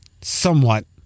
somewhat